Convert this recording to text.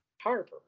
Harper